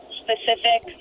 specific